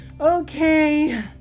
okay